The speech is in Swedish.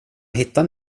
hittade